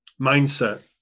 mindset